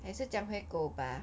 还是讲回狗吧